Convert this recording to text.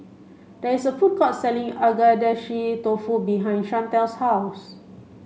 there is a food court selling Agedashi Dofu behind Shantel's house